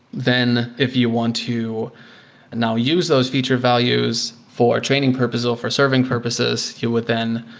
then if you want to now use those feature values for training purposes or for serving purposes, you would then,